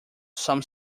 some